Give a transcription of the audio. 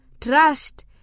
Trust